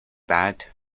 bad